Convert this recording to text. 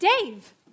Dave